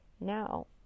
Now